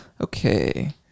okay